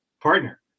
partner